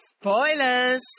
Spoilers